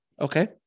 Okay